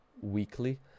weekly